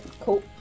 Cool